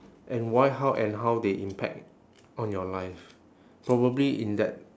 and why how and how they impact on your life probably in that